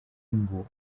ningú